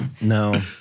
No